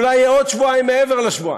זה אולי יהיה עוד שבועיים מעבר לשבועיים.